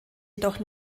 jedoch